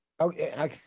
Okay